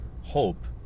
hope